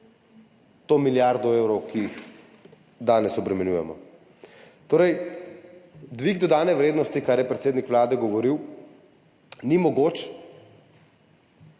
to milijardo evrov, ki jih danes obremenjujemo. Dvig dodane vrednosti, o čemer je predsednik Vlade govoril, torej ni mogoč.